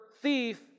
thief